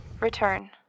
Return